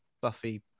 Buffy